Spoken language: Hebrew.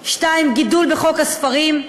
2. גידול בשוק הספרים,